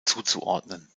zuzuordnen